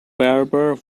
barber